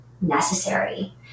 necessary